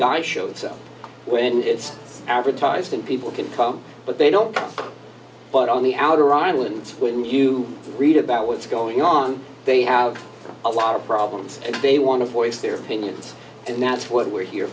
guy shows up when it's advertised and people can come but they don't but on the outer islands when you read about what's going on they have a lot of problems and they want to voice their opinions and that's what we're here